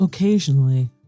Occasionally